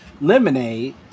lemonade